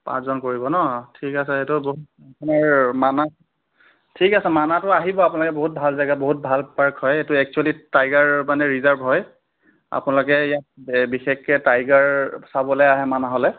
পাঁচজন কৰিব ন ঠিক আছে এইটোত আপোনাৰ মানাহ ঠিক আছে মানাহতো আহিব আপোনালোকে বহুত ভাল জেগা বহুত ভাল পাৰ্ক হয় এইটো এক্চুৱেলী টাইগাৰ মানে ৰিজাৰ্ভ হয় আপোনালোকে ইয়াত বিশেষকৈ টাইগাৰ চাবলৈ আহে মানাহলৈ